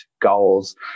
goals